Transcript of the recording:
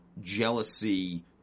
jealousy